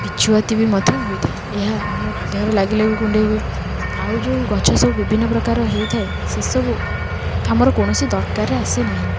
ବିଛୁଆତି ବି ମଧ୍ୟ ହୋଇଥାଏ ଏହା ଆମ ଦେହରେ ଲାଗିଲେ ବି କୁଣ୍ଡେଇ ହୁଏ ଆଉ ଯେଉଁ ଗଛ ସବୁ ବିଭିନ୍ନ ପ୍ରକାର ହେଇଥାଏ ସେ ସବୁ ଆମର କୌଣସି ଦରକାରରେ ଆସେ ନାହିଁ